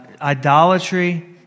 idolatry